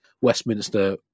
Westminster